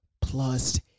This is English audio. plus